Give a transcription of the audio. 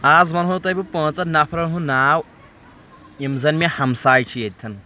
آز ونہو تۄہہِ بہٕ پانٛژن نفرن ہُنٛد ناو یِم زن مےٚ ہمساے چھِ ییٚتھَن